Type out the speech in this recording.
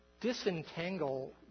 disentangle